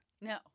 No